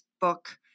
book